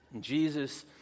Jesus